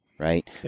right